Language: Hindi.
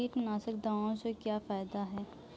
कीटनाशक दवाओं से क्या फायदा होता है?